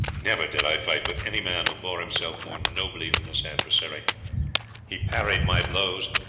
never did i fight with any man who bore himself more nobly than this adversary he parried my blows,